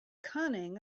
cunning